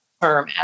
term